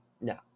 No